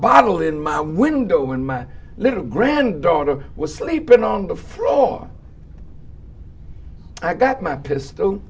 bottle in my window when my little granddaughter was sleeping on the floor i got my pistol